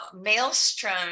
Maelstrom